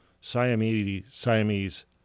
Siamese